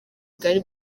bwari